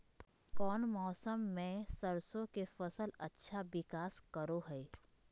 कौन मौसम मैं सरसों के फसल अच्छा विकास करो हय?